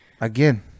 Again